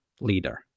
leader